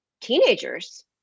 teenagers